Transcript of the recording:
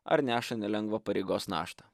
ar neša nelengvą pareigos naštą